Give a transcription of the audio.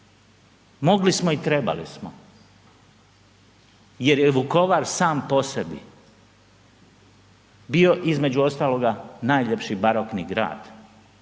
Mogli smo i trebali smo jer je Vukovar sam po sebi bio, između ostaloga, najljepši barokni grad.